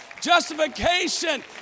justification